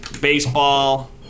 baseball